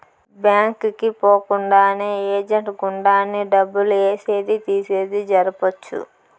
bank కి పోకుండానే agent గుండానే డబ్బులు ఏసేది తీసేది జరపొచ్చు